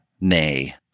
nay